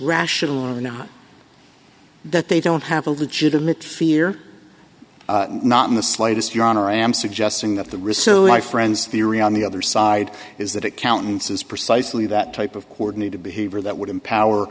rational or not that they don't have a legitimate fear not in the slightest your honor i am suggesting that the reso my friends theory on the other side is that it countenances precisely that type of coordinated behavior that would empower